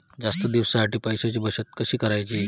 जास्त दिवसांसाठी पैशांची बचत कशी करायची?